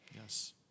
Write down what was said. Yes